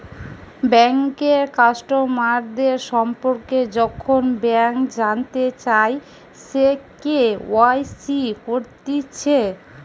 বেঙ্কের কাস্টমারদের সম্পর্কে যখন ব্যাংক জানতে চায়, সে কে.ওয়াই.সি করতিছে